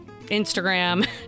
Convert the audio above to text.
instagram